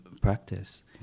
practice